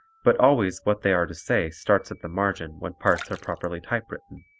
but always what they are to say starts at the margin when parts are properly typewritten.